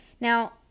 Now